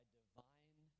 divine